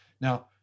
Now